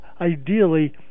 ideally